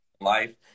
life